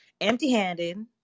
empty-handed